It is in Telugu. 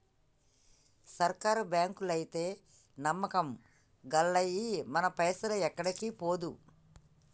సర్కారు బాంకులైతే నమ్మకం గల్లయి, మన పైస ఏడికి పోదు